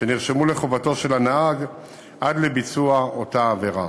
שנרשמו לחובתו עד לאותה עבירה.